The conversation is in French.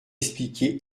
expliquer